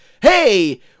hey